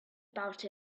about